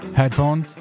headphones